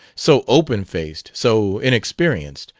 so open-faced, so inexperienced,